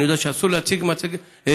אני יודע שאסור להציג פריטים,